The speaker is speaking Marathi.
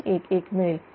0015311 मिळेल